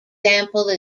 example